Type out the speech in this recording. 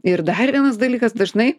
ir dar vienas dalykas dažnai